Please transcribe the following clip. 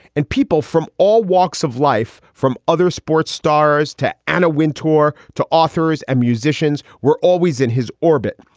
and people from all walks of life, from other sports stars to anna wintour to authors and musicians, were always in his orbit.